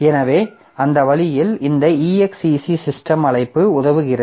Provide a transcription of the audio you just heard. எனவே அந்த வழியில் இந்த exec சிஸ்டம் அழைப்பு உதவிக்கு வருகிறது